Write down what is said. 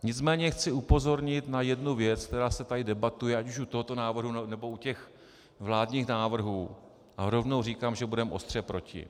Nicméně chci upozornit na jednu věc, která se tady debatuje, ať už u tohoto vládního návrhu, nebo u těch vládních návrhů a rovnou říkám, že budeme ostře proti.